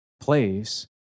place